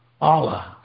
Allah